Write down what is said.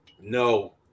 no